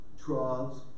troughs